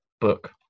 book